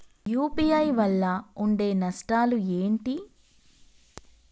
UPI వల్ల ఉండే నష్టాలు ఏంటి??